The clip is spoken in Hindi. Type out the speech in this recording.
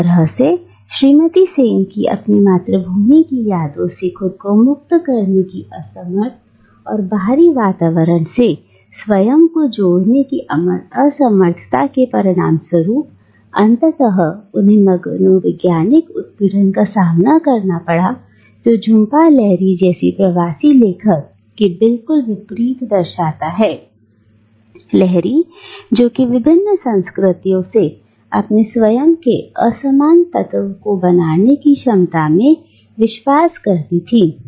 एक तरह से श्रीमती सेन की अपनी मातृभूमि की यादों से खुद को मुक्त करने की असमर्थ था और बाहरी वातावरण से स्वयं को जोड़ने की असमर्थता के परिणामस्वरूप अंततः उन्हें मनोवैज्ञानिक उत्पीड़न का सामना करना पड़ा जो कि झुंपा लहरी जैसी प्रवासी लेखक केबिल्कुल विपरीत दर्शाता है लहरी जो कि विभिन्न संस्कृतियों से अपने स्वयं के असमान तत्वों को बनाने की क्षमता में विश्वास करती थी